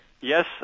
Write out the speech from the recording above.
Yes